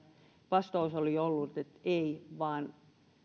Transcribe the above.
vastaus oli ollut että ei